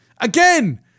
again